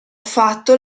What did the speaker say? fatto